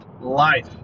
Life